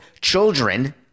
children